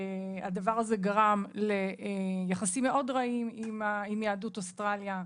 הדבר הזה גרם ליחסים מאוד רעים עם יהדות אוסטרליה,